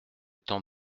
temps